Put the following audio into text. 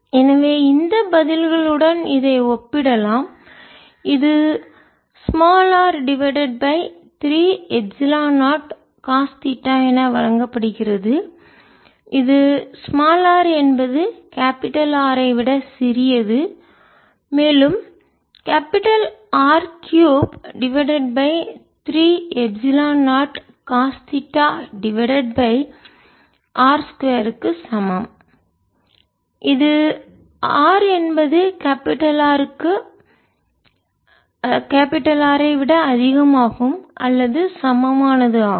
எனவே இந்த பதில்களுடன் இதை ஒப்பிடலாம் இது r divided by three epsilon naught cos theta என வழங்கப்படுகிறது இது r என்பது கேபிடல் R ஐ விட சிறியது மேலும் R 3 divided by three epsilon naught cos theta divided by r 2 ற்கு சமம் இது r என்பது கேபிடல் R க்கு விட அதிகமாகும் அல்லது சமமானது ஆகும்